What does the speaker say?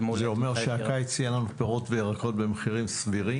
זה אומר שהקיץ יהיו לנו פירות וירקות במחירים סבירים?